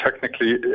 technically